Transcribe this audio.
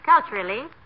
culturally